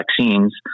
vaccines